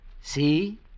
See